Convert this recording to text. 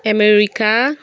America